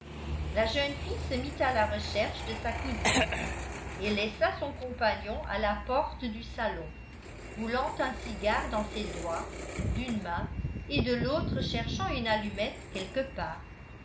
la jeune fille se mit à la recherche de sa cousine et laissa son compagnon à la porte du salon roulant un cigare dans ses doigts d'une main et de l'autre cherchant une allumette quelque part